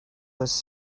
was